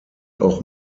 auch